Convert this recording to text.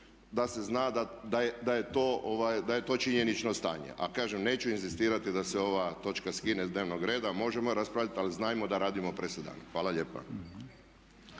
da se zna da je to činjenično stanje. A kažem neću inzistirati da se ova točka skine s dnevnog reda, možemo je raspraviti ali znajmo da radimo presedan. Hvala lijepa.